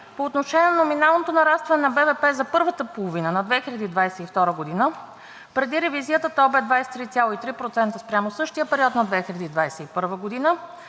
По отношение на номиналното нарастване на БВП за първата половина на 2022 г. – преди ревизията то бе 23,3% спрямо същия период на 2021 г.,